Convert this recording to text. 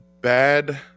bad